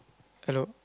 hello